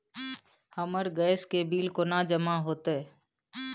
हमर गैस के बिल केना जमा होते?